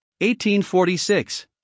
1846